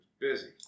Busy